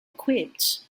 equipped